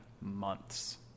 months